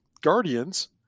Guardians